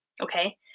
okay